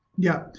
yeah,